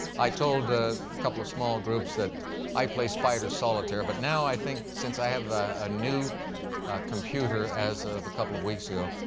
i told a couple of small groups that i play spider solitaire. but now, i think, since i have a new computer as of a couple of weeks ago,